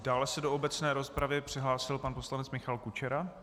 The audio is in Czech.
Dále se do obecné rozpravy přihlásil pan poslanec Michal Kučera.